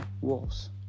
wolves